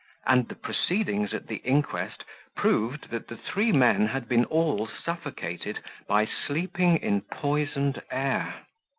and the proceedings at the inquest proved that the three men had been all suffocated by sleeping in poisoned air!